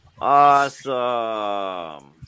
Awesome